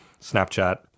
Snapchat